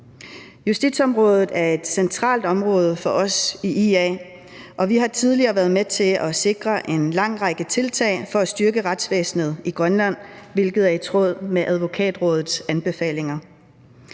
Justitsområdet er et centralt område for os i IA, og vi har tidligere været med til at sikre en lang række tiltag for at styrke retsvæsenet i Grønland, hvilket er i tråd med Advokatrådets anbefalinger.